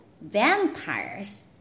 Vampires